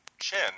chin